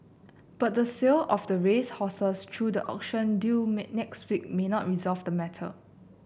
but the sale of the racehorses through the auction due may next week may not resolve the matter